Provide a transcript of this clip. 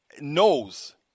knows